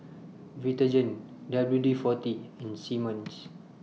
Vitagen W D forty and Simmons